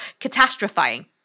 catastrophizing